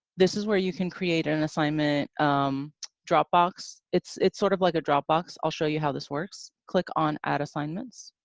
this is where you can create an assignment dropbox it's it's sort of like a dropbox, i'll show you how this works. click on add assignments.